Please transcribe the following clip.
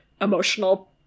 emotional